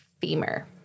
femur